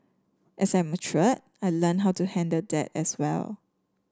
as I matured I learnt how to handle that as well